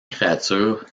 créature